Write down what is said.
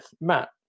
Matt